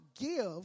give